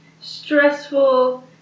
stressful